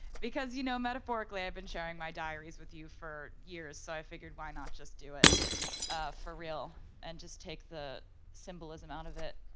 because you know metaphorically i have been sharing my diaries with you for years so i figured why not just do it for real? and just take the symbolism out of it,